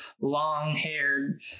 long-haired